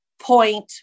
point